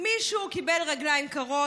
מישהו קיבל רגליים קרות.